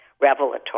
revelatory